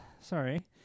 sorry